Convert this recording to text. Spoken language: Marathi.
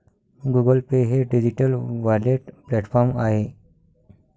गुगल पे हे डिजिटल वॉलेट प्लॅटफॉर्म आहे